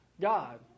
God